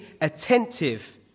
attentive